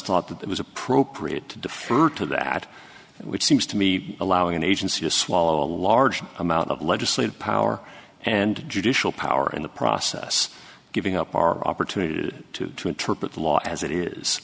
thought that it was appropriate to defer to that which seems to be allowing an agency to swallow a large amount of legislative power and judicial power in the process giving up our opportunity to to interpret the law as it is